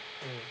mm